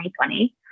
2020